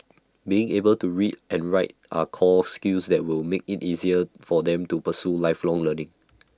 being able to read and write are core skills that will make IT easier for them to pursue lifelong learning